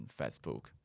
Facebook